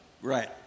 right